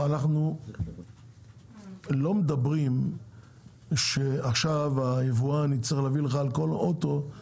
אנחנו לא אומרים שעכשיו היבואן יצטרך להביא לכם תעודת מקור על כל אוטו.